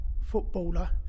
footballer